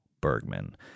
Bergman